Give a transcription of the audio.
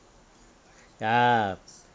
ya